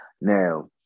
Now